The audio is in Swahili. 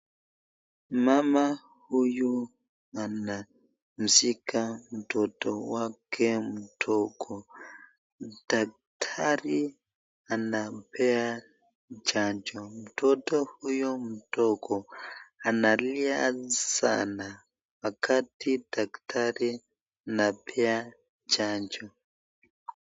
Mama huyu anamshika mtoto wake mdogo. Daktari anampea chanjo. Mtoto huyu mdogo analia sana wakati daktari anapea chanjo.